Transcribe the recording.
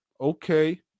Okay